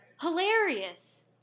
hilarious